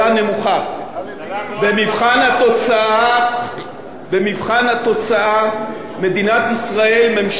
אבטלה גבוהה כבר שבע, במבחן התוצאה ממשלת ישראל,